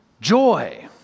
joy